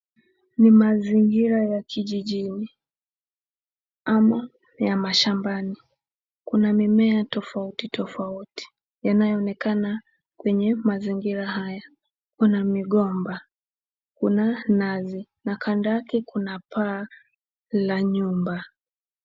Ni mazingira ya kijijini, ama ya mashambani. Kuna mimea tofauti tofauti yanaonekana kwenye mazingira haya. Kuna migomba, kuna nazi, na kando yake kuna paa ya nyumba.